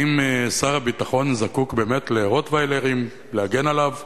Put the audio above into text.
האם שר הביטחון זקוק באמת לרוטוויילרים להגן עליו?